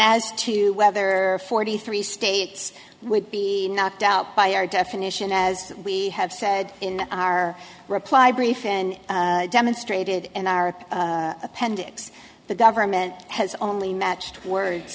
as to whether forty three states would be knocked out by our definition as we have said in our reply brief and demonstrated in our appendix the government has only matched wor